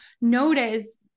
notice